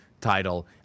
title